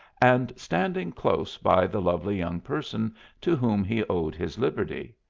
and standing close by the lovely young person to whom he owed his liberty?